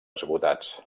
esgotats